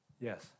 Yes